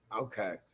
Okay